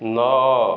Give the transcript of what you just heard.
ନଅ